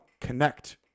connect